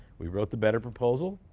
we wrote the better proposal,